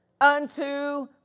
unto